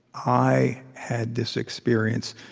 i had this experience.